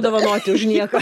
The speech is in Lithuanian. dovanoti už nieką